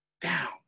down